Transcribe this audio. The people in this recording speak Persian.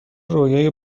رویای